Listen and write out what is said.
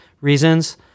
reasons